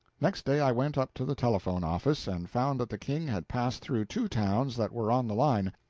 next day i went up to the telephone office and found that the king had passed through two towns that were on the line.